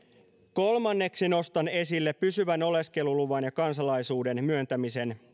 kolmanneksi nostan esille pysyvän oleskeluluvan ja kansalaisuuden myöntämisen